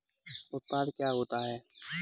उत्पाद क्या होता है?